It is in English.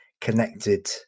connected